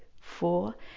four